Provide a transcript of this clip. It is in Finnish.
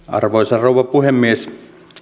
arvoisa rouva puhemies